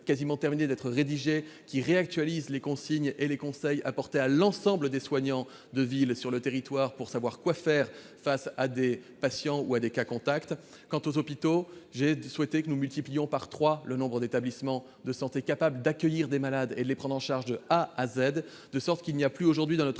en voie de finalisation réactualise les consignes et les conseils apportés à l'ensemble des soignants de ville sur le territoire, pour leur dire que faire face à des patients ou à des cas contacts. Quant aux hôpitaux, j'ai souhaité que nous multipliions par trois le nombre d'établissements de santé capables d'accueillir des malades et de les prendre en charge de A à Z, de sorte qu'il n'y a plus aujourd'hui dans notre